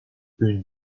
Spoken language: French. une